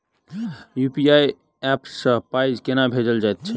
UPI app सँ पाई केना भेजल जाइत छैक?